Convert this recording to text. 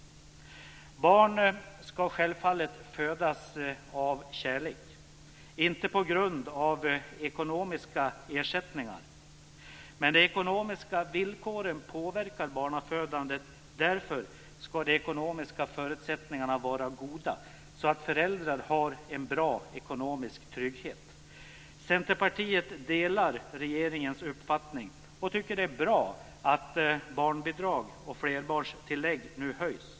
Barn ska självfallet födas av kärlek, inte på grund av ekonomiska ersättningar. Men de ekonomiska villkoren påverkar barnafödandet. Därför ska de ekonomiska förutsättningarna vara så goda att föräldrar har en god ekonomisk trygghet. Centerpartiet delar regeringens uppfattning och tycker att det är bra att barnbidrag och flerbarnstillägg nu höjs.